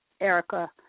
Erica